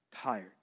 tired